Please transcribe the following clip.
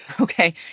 Okay